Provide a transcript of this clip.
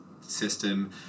system